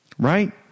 Right